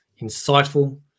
Insightful